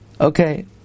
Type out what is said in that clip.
Okay